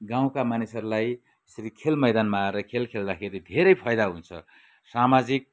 गाउँका मानिसहरूलाई यसरी खेल मैदानमा आएर खेल खेल्दाखेरि धेरै फाइदा हुन्छ सामाजिक